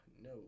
no